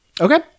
okay